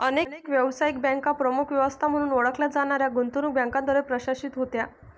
अनेक व्यावसायिक बँका प्रमुख व्यवस्था म्हणून ओळखल्या जाणाऱ्या गुंतवणूक बँकांद्वारे प्रशासित होत्या